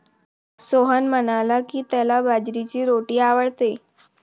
सोहन म्हणाला की, त्याला बाजरीची रोटी आवडते